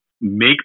make